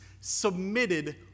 submitted